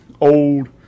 Old